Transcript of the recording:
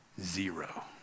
Zero